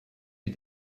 wie